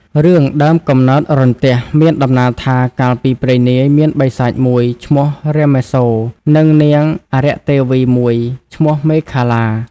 រឿង ដើមកំណើតរន្ទះ មានដំណាលថា កាលពីព្រេងនាយ មានបិសាចមួយ ឈ្មោះរាមាសូរ និងនាងអារក្ខទេវីមួយ ឈ្មោះមេខលា ។